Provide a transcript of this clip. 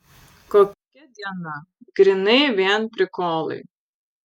kokia diena grynai vien prikolai